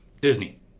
Disney